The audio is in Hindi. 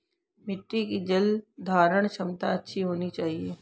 मिट्टी की जलधारण क्षमता अच्छी होनी चाहिए